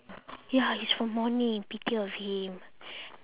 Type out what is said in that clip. ya he's from morning pity of him